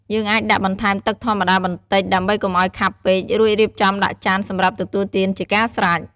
យើងអាចដាក់បន្ថែមទឹកធម្មតាបន្តិច ដើម្បីកុំឲ្យខាប់ពេក រួចរៀបចំដាក់ចានសម្រាប់ទទួលទានជាការស្រេច។